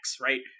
right